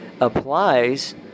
applies